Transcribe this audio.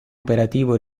operativo